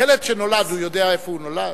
ילד שנולד, הוא יודע איפה הוא נולד?